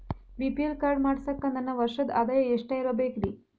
BPL card ಮಾಡ್ಸಾಕ ನನ್ನ ವರ್ಷದ್ ಆದಾಯ ಎಷ್ಟ ಇರಬೇಕ್ರಿ?